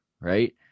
right